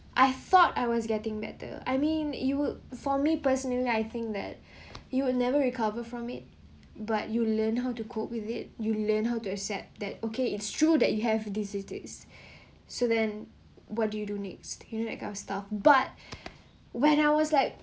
I thought I was getting better I mean it would for me personally I think that you would never recover from it but you learn how to cope with it you learn how to accept that okay it's true that you have this this this so then what do you do next you know that kind of stuff but when I was like